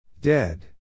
Dead